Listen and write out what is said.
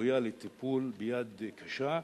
ראויה לטיפול ביד קשה,